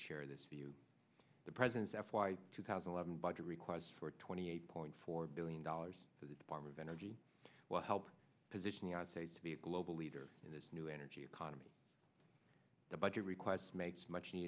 share this view the president's f y two thousand and seven budget request for twenty eight point four billion dollars for the department of energy will help position united states to be a global leader in this new energy economy the budget requests makes much